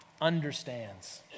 understands